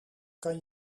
kan